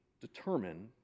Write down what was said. determine